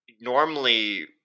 Normally